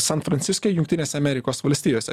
san franciske jungtinėse amerikos valstijose